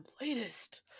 latest